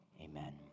Amen